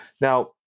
Now